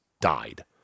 died